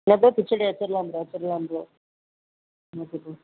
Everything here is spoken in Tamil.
என்ன ப்ரோ கிச்சடி வச்சிரலாம் ப்ரோ வச்சிரலாம் ப்ரோ ஒன்றும் பிரச்சினல்ல ம்